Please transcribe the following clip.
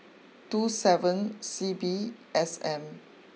two seven C B S M